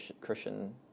Christian